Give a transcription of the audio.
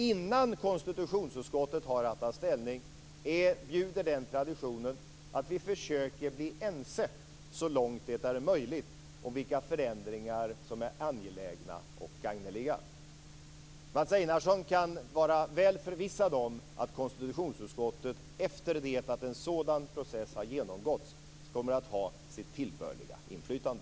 Innan konstitutionsutskottet har att ta ställning bjuder den traditionen att vi försöker bli ense så långt det är möjligt om vilka förändringar som är angelägna och gagneliga. Mats Einarsson kan vara väl förvissad om att konstitutionsutskottet efter det att en sådan process har genomgåtts kommer att ha sitt tillbörliga inflytande.